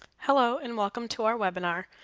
hello and welcome to our webinar.